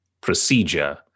procedure